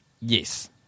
Yes